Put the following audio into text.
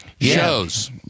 Shows